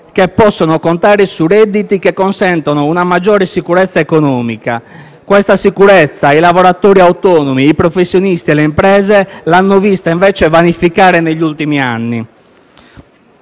che possono contare su redditi che consentono una maggiore sicurezza economica; sicurezza che i lavoratori autonomi, i professionisti e le imprese hanno visto invece vanificata negli ultimi anni.